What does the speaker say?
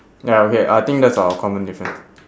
ya okay I think that's our common difference